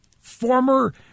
former